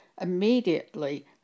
immediately